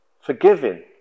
forgiving